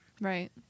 right